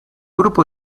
grupo